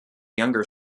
younger